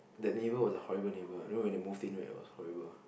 that neighbour was a horrible neighbour you know when they moved in right it was horrible